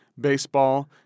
baseball